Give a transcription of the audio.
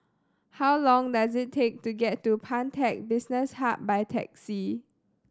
how long does it take to get to Pantech Business Hub by taxi